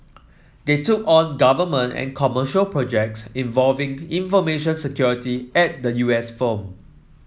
they took on government and commercial projects involving information security at the U S firm